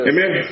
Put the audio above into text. Amen